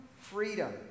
freedom